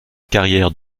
carrière